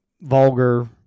vulgar